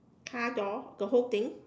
car door the whole thing